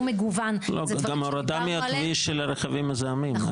מגוון --- וגם הורדה מהכביש של רכבים מזהמים.